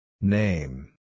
Name